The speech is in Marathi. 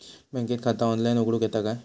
बँकेत खाता ऑनलाइन उघडूक येता काय?